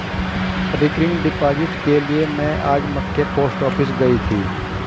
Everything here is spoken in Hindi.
रिकरिंग डिपॉजिट के लिए में आज मख्य पोस्ट ऑफिस गयी थी